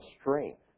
strength